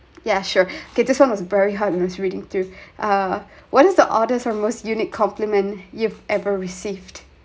you sure okay this one was a very hard I was reading through uh what is the oddest or most unique compliment you've ever received